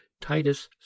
Titus